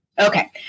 Okay